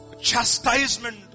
chastisement